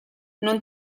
non